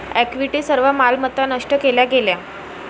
equity सर्व मालमत्ता नष्ट केल्या गेल्या